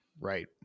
right